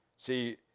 See